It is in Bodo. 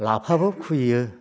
लाफाबो खुबैयो